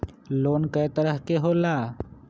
Loan कय तरह के होला?